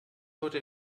heute